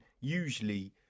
usually